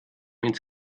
ins